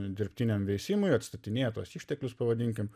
dirbtiniam veisimui atstatinėja tuos išteklius pavadinkim